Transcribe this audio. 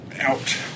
out